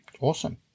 Awesome